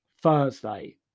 thursday